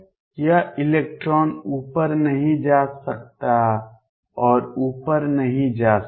यह इलेक्ट्रॉन ऊपर नहीं जा सकता और ऊपर नहीं जा सकता